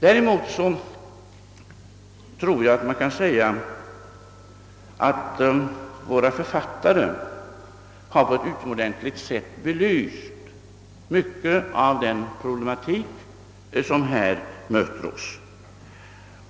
Däremot tror jag alt man kan säga, att våra författare på ett utomordentligt sätt har belyst mycket av den problematik som här möter oss.